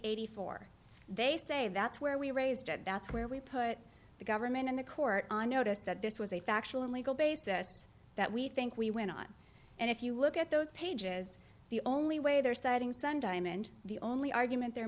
eighty four they say that's where we raised and that's where we put the government in the court on notice that this was a factual and legal basis that we think we went on and if you look at those pages the only way they're citing sun diamond the only argument they're